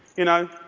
you know,